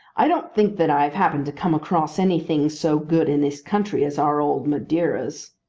i don't think that i have happened to come across anything so good in this country as our old madeiras.